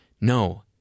no